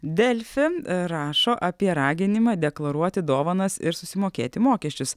delfi rašo apie raginimą deklaruoti dovanas ir susimokėti mokesčius